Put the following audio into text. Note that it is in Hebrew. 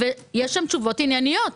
ויש שם תשובות ענייניות.